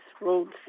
roads